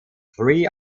three